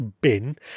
bin